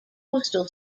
postal